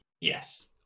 Yes